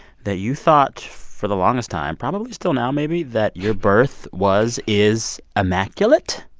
that you thought for the longest time, probably still now maybe, that your birth was is immaculate.